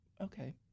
okay